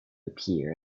appear